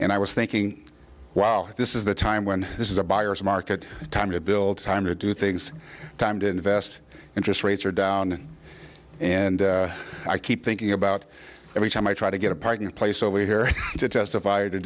and i was thinking wow this is the time when this is a buyer's market time to build time to do things time to invest interest rates are down and i keep thinking about every time i try to get a parking place over here to testify or to